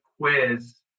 quiz